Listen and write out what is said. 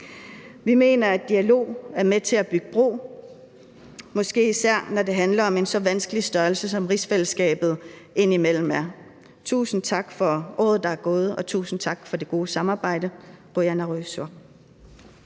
Vi mener, at dialog er med til at bygge bro, måske især når det handler om en så vanskelig størrelse, som rigsfællesskabet ind imellem er. Tusind tak for året, der er gået, og tusind tak for det gode samarbejde. Qujanarujussuaq.